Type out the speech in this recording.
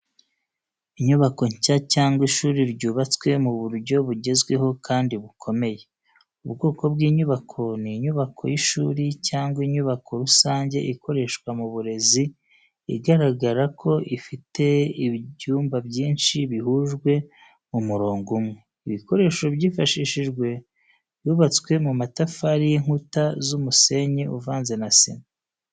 Inyubako nshya cyangwa ishuri ryubatswe mu buryo bugezweho kandi bukomeye. Ubwoko bw’inyubako ni inyubako y’ishuri cyangwa inyubako rusange ikoreshwa mu burezi igaragara ko ifite ibyumba byinshi bihujwe mu murongo umwe. Ibikoresho byifashishijwe yubatswe mu matafari y’inkuta z’umusenyi uvanze n’isima.